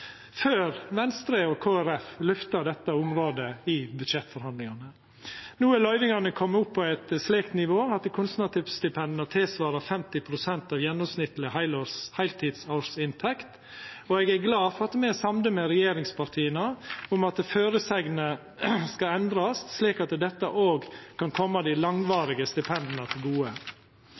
før Venstre og Kristeleg Folkeparti lyfta dette området i budsjettforhandlingane. No er løyvingane komne opp på eit slikt nivå at kunstnarstipenda svarar til 50 pst. av gjennomsnittleg heiltidsårsinntekt, og eg er glad for at me er samde med regjeringspartia om at føresegnene skal endrast slik at dette òg kan koma dei langvarige stipenda til gode.